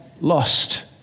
lost